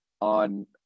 on